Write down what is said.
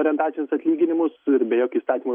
orientacinius atlyginimus ir be jokio įstatymų